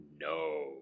no